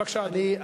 בבקשה, אדוני.